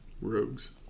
Rogues